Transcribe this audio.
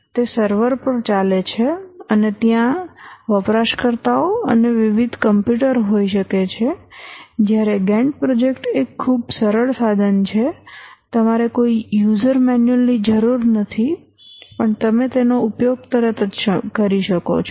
તે સર્વર પર ચાલે છે અને ત્યાં વપરાશકર્તાઓ અને વિવિધ કમ્પ્યુટર હોઈ શકે છે જ્યારે ગેંટ પ્રોજેક્ટ એક ખૂબ સરળ સાધન છે તમારે કોઈ યુઝર મેન્યુઅલ ની જરૂર નથી પણ તમે તેનો ઉપયોગ તરત જ કરી શકો છો